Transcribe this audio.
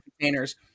containers